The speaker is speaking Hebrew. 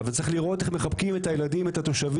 אבל צריך לראות איך מחבקים את הילדים ואת התושבים,